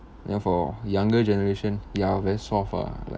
then for younger generation ya very soft ah like